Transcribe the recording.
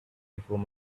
before